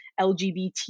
LGBT